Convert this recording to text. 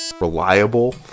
reliable